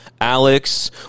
Alex